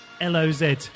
L-O-Z